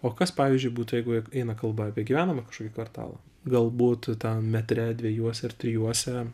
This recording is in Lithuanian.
o kas pavyzdžiui būtų jeigu eina kalba apie gyvenamą kažkokį kvartalą galbūt tam metre dviejuose ar trijuose